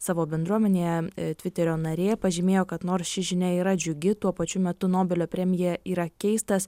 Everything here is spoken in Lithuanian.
savo bendruomenėje tviterio narė pažymėjo kad nors ši žinia yra džiugi tuo pačiu metu nobelio premija yra keistas